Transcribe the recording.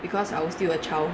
because I was still a child